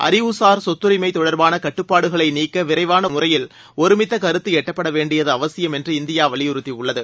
அறிவு சார் சொத்துரிமை தொடர்பான கட்டுப்பாடுகளை நீக்க விரைவான முறையில் ஒருமித்த கருத்து எட்டப்பட வேண்டியது அவசியம் என்று இந்தியா வலியுறுத்தியுள்ளது